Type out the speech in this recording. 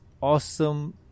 awesome